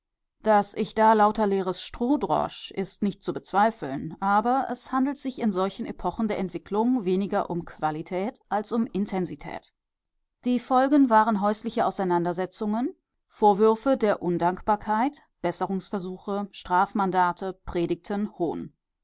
daß ich da lauter leeres stroh drosch ist nicht zu bezweifeln aber es handelt sich in solchen epochen der entwicklung weniger um qualität als um intensität die folgen waren häusliche auseinandersetzungen vorwürfe der undankbarkeit besserungsversuche strafmandate predigten hohn